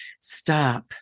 Stop